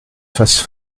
fasse